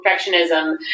perfectionism